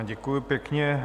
Děkuju pěkně.